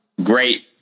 great